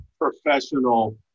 professional